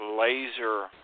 laser